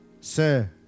Sir